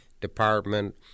Department